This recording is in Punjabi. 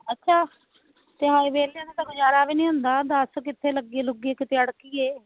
ਅੱਛਾ ਅਤੇ ਐਂਏ ਵਿਹਲਿਆਂ ਦਾ ਤਾਂ ਗੁਜ਼ਾਰਾ ਵੀ ਨਹੀਂ ਹੁੰਦਾ ਦੱਸ ਕਿੱਥੇ ਲੱਗੀ ਲੁੱਗੀ ਕਿਤੇ ਅੜਕੀਏ